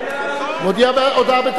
מודיע הודעה.